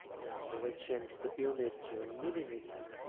and we change the unit to millimeter